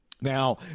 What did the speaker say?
Now